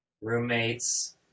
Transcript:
Roommates